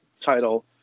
title